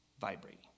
vibrating